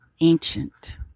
ancient